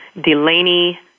Delaney